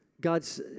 God's